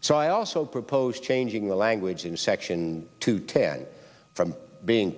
so i also propose changing the language in section two ten from being